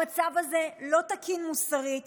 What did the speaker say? המצב הזה לא תקין מוסרית